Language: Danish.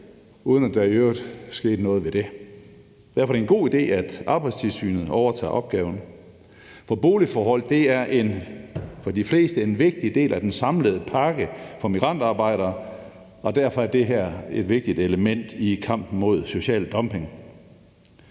uden at der i øvrigt er sket noget ved det. Derfor er det en god idé, at Arbejdstilsynet overtager opgaven, for boligforhold er en, for de fleste, vigtig del af den samlede pakke for migrantarbejdere, og derfor er det her et vigtigt element i kampen mod social dumping.